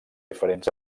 diferents